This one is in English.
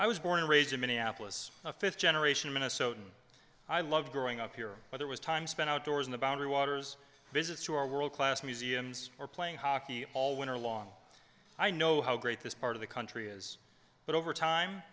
i was born and raised in minneapolis a fifth generation minnesotan i loved growing up here but it was time spent outdoors in the boundary waters visits to our world class museums or playing hockey all winter long i know how great this part of the country is but over time